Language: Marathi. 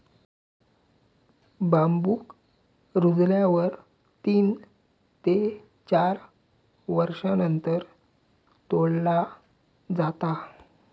बांबुक रुजल्यावर तीन ते चार वर्षांनंतर तोडला जाता